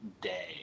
day